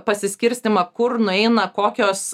pasiskirstymą kur nueina kokios